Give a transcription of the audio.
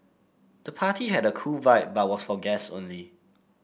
the party had a cool vibe but was for guests only